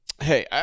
Hey